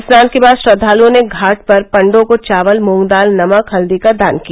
स्नान के बाद श्रद्धालुओं ने घाट पर पंडों को चावल मूंग दाल नमक हल्दी का दान किया